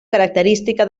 característica